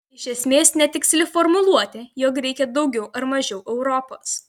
iš esmės netiksli formuluotė jog reikia daugiau ar mažiau europos